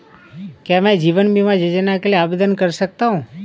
क्या मैं जीवन बीमा योजना के लिए आवेदन कर सकता हूँ?